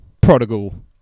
prodigal